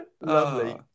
lovely